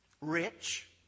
rich